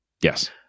Yes